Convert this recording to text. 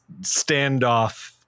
standoff